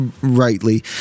rightly